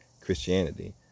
Christianity